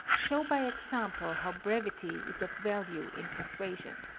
show by example how brevity is of value in persuasion.